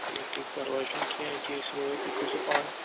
ٹھیٖک ٹھیٖک پَرواے چھُنہٕ کیٚنٛہہ ییٚکیٛاہ أسۍ وٲتۍ تُہۍ کٔرۍزیو پانہٕ